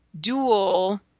dual